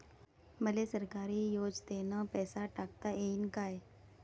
मले सरकारी योजतेन पैसा टाकता येईन काय?